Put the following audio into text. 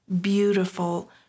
beautiful